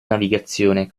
navigazione